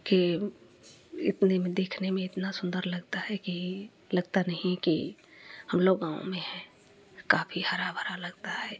कि इतने में देखने में इतना सुन्दर लगता है कि लगता नहीं है कि हम लोग गाँव में हैं काफ़ी हरा भरा लगता है